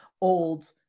old